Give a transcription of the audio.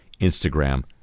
Instagram